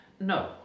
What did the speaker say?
No